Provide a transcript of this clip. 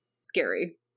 scary